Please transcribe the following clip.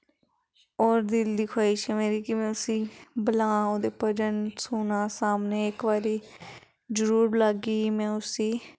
और दिल दी ख्वाजिश ऐ मेरी की में उस्सी बलां ओह्दे भजन सुनां सामने इक बारी जरूर बलागी में उस्सी